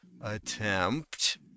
attempt